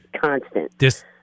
constant